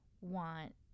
Want